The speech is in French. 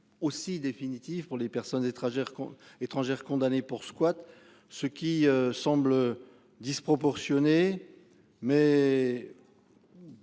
aussi définitif pour les personnes étrangères étrangères condamné pour squat ce qui semble disproportionnée mais.